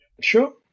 sure